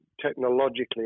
technologically